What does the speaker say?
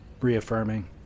reaffirming